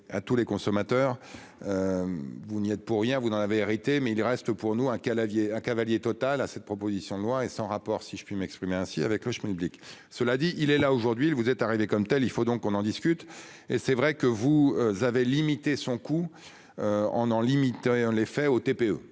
à tous les consommateurs. Vous n'y êtes pour rien. Vous n'en avez arrêté mais il reste pour nous un aviez à cavalier totale à cette proposition de loi et sans rapport si je puis m'exprimer ainsi, avec le schmilblick. Cela dit, il est là aujourd'hui il vous êtes arrivé comme telles. Il faut donc on en discute et c'est vrai que vous avait limité son coût. En en limitant l'effet aux TPE